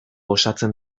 osatzen